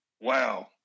wow